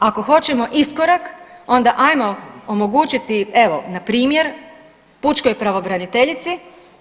Ako hoćemo iskorak onda ajmo omogućiti evo npr. pučkoj pravobraniteljici